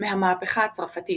מהמהפכה הצרפתית,